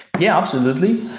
yeah, absolutely.